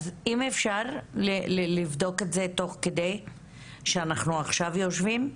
אם אפשר לבדוק את זה תוך כדי שאנחנו עכשיו יושבים,